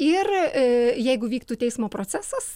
ir jeigu vyktų teismo procesas